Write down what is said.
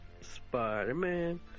Spider-Man